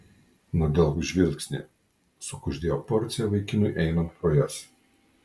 nudelbk žvilgsnį sukuždėjo porcija vaikinui einant pro jas